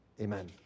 amen